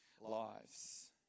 lives